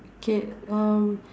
mm K um